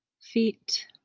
feet